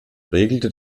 regelte